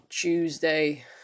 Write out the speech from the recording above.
Tuesday